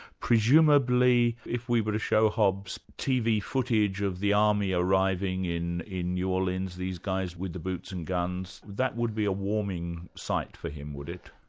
presumably, if we were to show hobbes tv footage of the army arriving in in new orleans, these guys with the boots and guns, that would be a warming sight for him, would it?